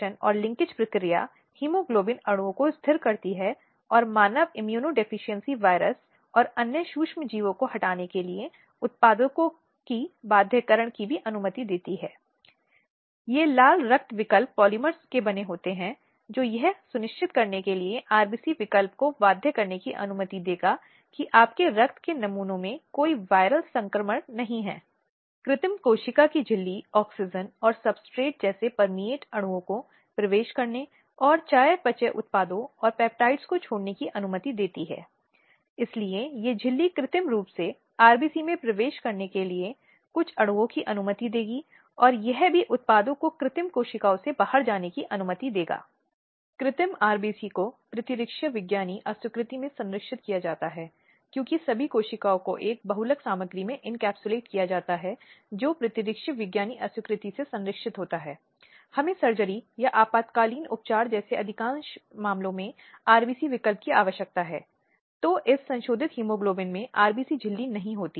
हालाँकि यौन एक ऐसी स्थिति में लाता है जहाँ किसी महिला की शारीरिक अखंडता पर आक्रमण होता है यौन उत्पीड़न के माध्यम से शायद छूने टटोलने क्रूर तरीके से बलात्कार के माध्यम से उसके खिलाफ अपराध किया जा रहा है और जिससे वह न केवल शारीरिक रूप से दुर्व्यवहार करता है बल्कि मानसिक रूप से दुर्व्यवहार करता है लेकिन उसके पूरे यह एक दुःस्वप्न की तरह है और उच्चतम न्यायालय ने यौन हिंसा का सामना करने वाली एक महिला की ऐसी स्थितियों की बराबरी की है जो जीवित लाश के रूप में हैं